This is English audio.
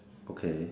okay